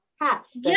hats